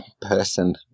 person